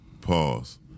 pause